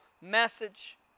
message